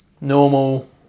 normal